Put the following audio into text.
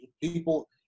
people